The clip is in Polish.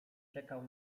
czekał